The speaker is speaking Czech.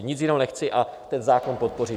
Nic jiného nechci a ten zákon podpořím.